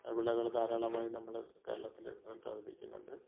വിളകൾ ധാരാളമായി നമ്മൾ കേരളത്തിൽ ഉല്പാദിപ്പിക്കുന്നുണ്ട്